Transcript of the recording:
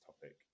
topic